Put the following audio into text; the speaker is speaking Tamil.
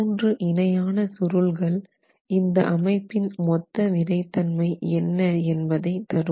மூன்று இணையான சுருள்கள் இந்த அமைப்பின் மொத்த விறைத்தன்மை என்ன என்பதை தரும்